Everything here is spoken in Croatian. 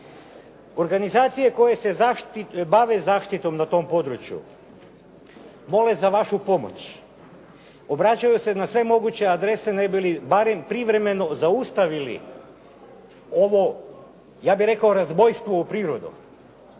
Organizacije koje se bave zaštitom na tom području mole za vašu pomoć. Obraćaju se na sve moguće adrese ne bi li barem privremeno zaustavili ovo ja bih rekao razbojstvo u prirodu.